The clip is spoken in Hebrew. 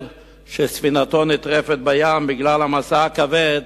שספינתו נטרפת בים בגלל המשא הכבד,